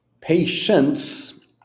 patience